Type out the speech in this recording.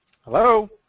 Hello